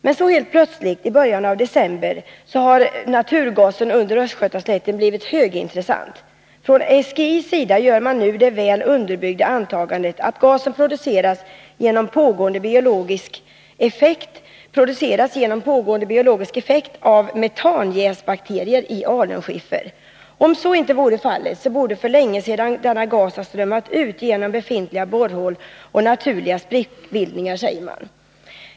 Men så helt plötsligt i början av december har naturgasen under östgötaslätten blivit högintressant. Från SGI:s sida gör man nu det väl underbyggda antagandet att gasen produceras genom pågående biologisk effekt av metanjäsbakterier i alunskiffern. Om så inte vore fallet borde för länge sedan denna gas ha strömmat ut genom befintliga borrhål och naturliga sprickbildningar, säger man.